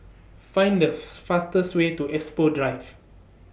Find The fastest Way to Expo Drive